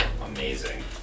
Amazing